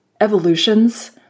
evolutions